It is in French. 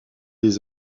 des